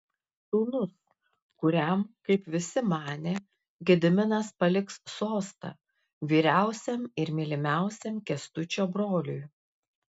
sūnus kuriam kaip visi manė gediminas paliks sostą vyriausiam ir mylimiausiam kęstučio broliui